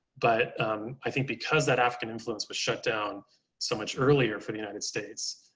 but i think because that african influence was shut down so much earlier for the united states,